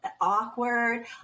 awkward